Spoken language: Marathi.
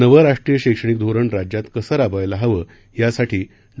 नवं राष्ट्रीय शैक्षणिक धोरण राज्यात कसं राबवायला हवं यासाठी डॉ